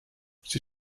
sie